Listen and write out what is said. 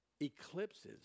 eclipses